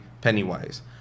Pennywise